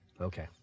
Okay